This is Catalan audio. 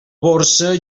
borsa